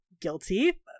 guilty